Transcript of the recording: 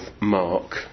Mark